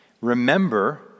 Remember